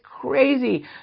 crazy